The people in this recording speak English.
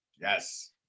Yes